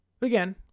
Again